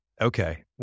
Okay